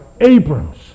Abram's